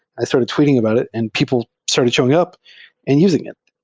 i started tweeting about it, and people started showing up and using it.